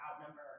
outnumber